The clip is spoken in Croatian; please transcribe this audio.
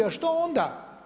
A što onda?